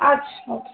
আচ্ছা আচ্ছা